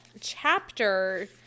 chapter